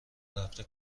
هفته